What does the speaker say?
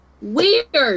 weird